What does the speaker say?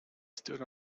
stood